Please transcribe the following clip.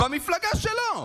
במפלגה שלו.